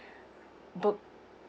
booked